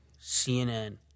CNN